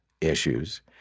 issues